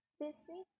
busy